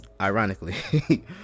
ironically